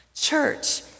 Church